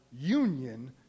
union